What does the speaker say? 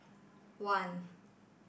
one